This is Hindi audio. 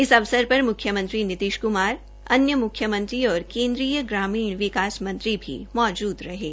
इस अवसर पर मुख्यमंत्री नीतिश कुमार अन्य मुख्यमंत्री और केन्द्रीय ग्रामीण विकास मंत्री भी मौजूद थे